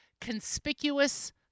conspicuous